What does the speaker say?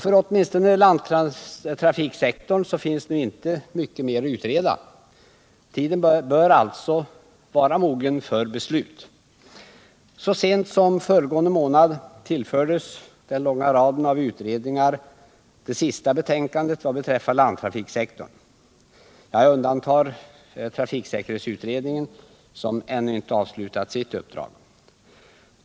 För åtminstone landtrafiksektorn finns nu inte mycket mer att utreda. Tiden bör alltså vara mogen för beslut. Så sent som föregående månad tillfördes den långa raden av utredningar det sista betänkandet vad beträffar landtrafiksektorn. Jag undantar trafiksäkerhetsutredningen, som ännu inte avslutat sitt uppdrag.